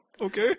Okay